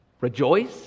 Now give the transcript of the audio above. Rejoice